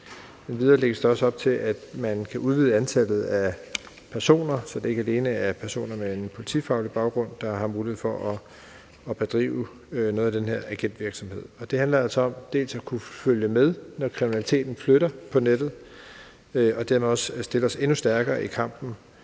Endvidere lægges der også op til, at man kan udvide antallet af personer, så det ikke alene er personer med en politifaglig baggrund, der har mulighed for at bedrive noget af den her agentvirksomhed. Det handler altså om at kunne følge med, når kriminaliteten flytter på nettet, og dermed også om at stille os endnu stærkere i kampen